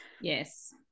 Yes